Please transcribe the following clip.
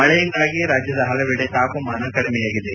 ಮಳೆಯಿಂದಾಗಿ ರಾಜ್ಯದ ಹಲವೆಡೆ ತಾಪಮಾನ ಕಡಿಮೆಯಾಗಿದೆ